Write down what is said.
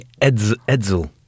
Edsel